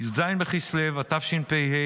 י"ז בכסלו התשפ"ה,